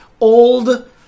old